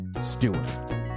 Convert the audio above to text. Stewart